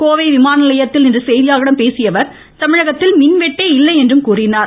கோவை விமான நிலையத்தில் இன்று செய்தியாளர்களிடம் பேசிய அவர் தமிழகத்தில் மின்வெட்டே இல்லை என்று கூறினார்